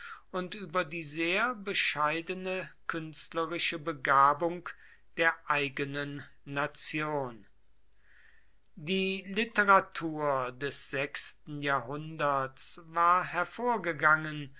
und über die sehr bescheidene künstlerische begabung der eigenen nation die literatur des sechsten jahrhunderts war hervorgegangen